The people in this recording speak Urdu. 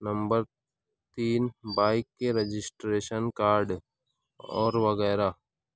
نمبر تین بائک کے رجسٹریشن کارڈ اور وغیرہ